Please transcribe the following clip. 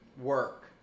work